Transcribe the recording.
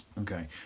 okay